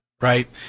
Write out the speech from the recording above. Right